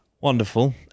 wonderful